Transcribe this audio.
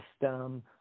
system